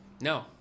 No